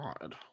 God